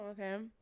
okay